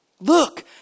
Look